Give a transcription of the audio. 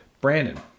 Brandon